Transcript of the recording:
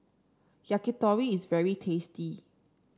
yakitori is very tasty